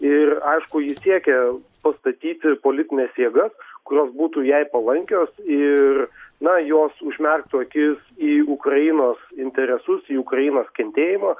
ir aišku ji siekia pastatyti politines jėgas kurios būtų jai palankios ir na jos užmerktų akis į ukrainos interesus į ukrainos kentėjimą